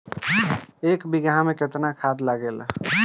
एक बिगहा में केतना खाद लागेला?